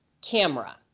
camera